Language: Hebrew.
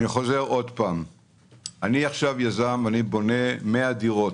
אני יזם שבונה 100 דירות.